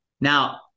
Now